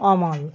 Amal